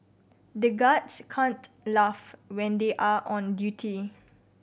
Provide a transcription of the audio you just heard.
the guards can't laugh when they are on duty